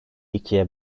ikiye